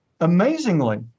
Amazingly